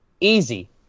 Easy